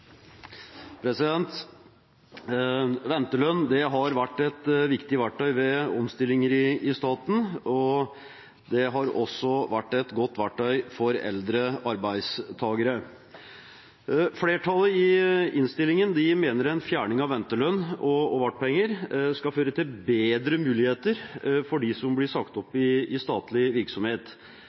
Ventelønn har vært et viktig verktøy ved omstillinger i staten, og det har også vært et godt verktøy for eldre arbeidstakere. Flertallet mener i innstillingen at en fjerning av ventelønn og vartpenger skal føre til bedre muligheter for dem som blir sagt opp i statlig virksomhet.